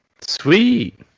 sweet